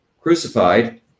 crucified